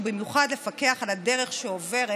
ובמיוחד לפקח על הדרך שעוברת